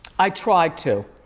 i tried to.